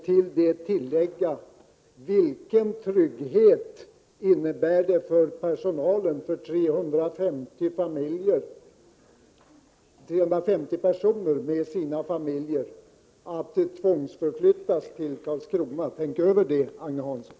Till det vill jag lägga: Vilken trygghet innebär det för personalen — det rör sig om 350 personer med familjer — att tvångsförflyttas till Karlskrona? Tänk över den saken, Agne Hansson!